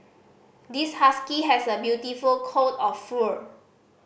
this husky has a beautiful coat of fur